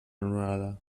anul·lada